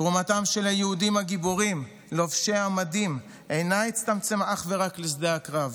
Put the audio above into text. תרומתם של היהודים הגיבורים לובשי המדים לא הצטמצמה אך ורק לשדה הקרב,